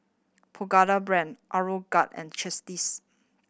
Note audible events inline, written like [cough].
Pagoda Brand Aeroguard and [unintelligible]